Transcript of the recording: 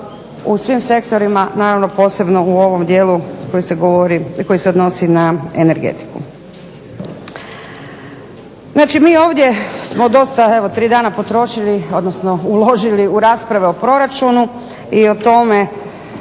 u svim sektorima posebno u ovom dijelu koji se odnosi na energetiku. Znači mi ovdje smo dosta tri dana potrošili odnosno uložili u rasprave o proračunu i o tome